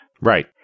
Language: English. Right